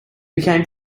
became